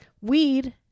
Weed